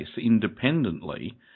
independently